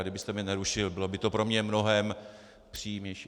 A kdybyste mně nerušil, bylo by to pro mě mnohem příjemnější.